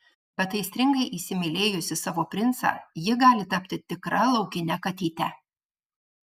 bet aistringai įsimylėjusi savo princą ji gali tapti tikra laukine katyte